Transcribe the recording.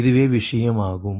இதுவே விஷயம் ஆகும்